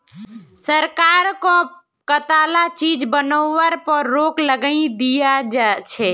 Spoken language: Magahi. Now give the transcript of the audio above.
सरकार कं कताला चीज बनावार पर रोक लगइं दिया छे